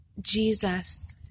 Jesus